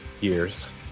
years